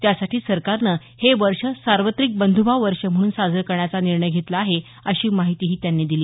त्यासाठी सरकारनं हे वर्ष सार्वत्रिक बंधुभाव वर्ष म्हणून साजरं करण्याचा निर्णय घेतला आहे अशी माहितीही त्यांनी दिली